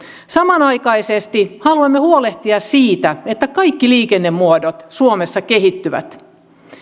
samanaikaisesti haluamme huolehtia siitä että kaikki liikennemuodot suomessa kehittyvät